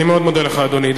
אני מאוד מודה לך, אדוני.